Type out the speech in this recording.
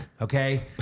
okay